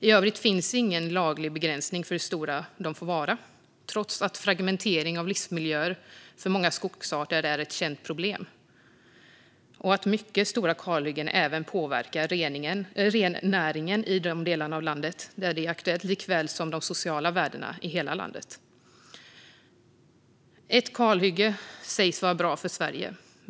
I övrigt finns ingen laglig begränsning av hur stora de får vara, trots att fragmentering av livsmiljöer för många skogsarter är ett känt problem och att mycket stora kalhyggen även påverkar rennäringen i de delar av landet där det är aktuellt liksom de sociala värdena i hela landet. Ett kalhygge sägs vara bra för Sverige.